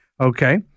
Okay